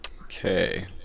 Okay